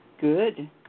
Good